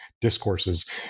discourses